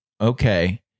okay